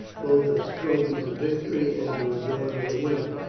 both as trophies of victory and to adorn their women.